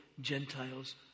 Gentiles